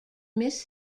miss